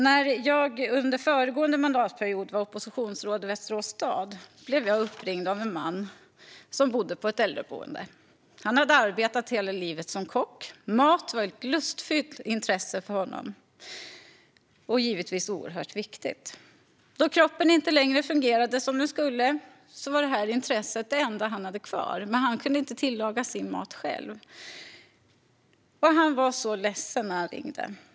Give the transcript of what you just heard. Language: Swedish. När jag under föregående mandatperiod var oppositionsråd i Västerås stad blev jag uppringd av en man som bodde på ett äldreboende. Han hade arbetat hela livet som kock, och mat var ett lustfyllt intresse för honom och givetvis oerhört viktigt. Då kroppen inte längre fungerade som den skulle var matintresset det enda han hade kvar, men han kunde inte tillaga sin mat själv. Han var så ledsen när han ringde.